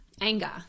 anger